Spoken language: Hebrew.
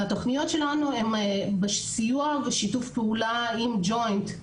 התוכניות שלנו הן בסיוע ושיתוף פעולה עם ג'וינט,